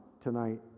tonight